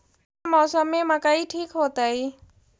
कौन मौसम में मकई ठिक होतइ?